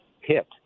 hit